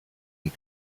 und